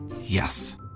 Yes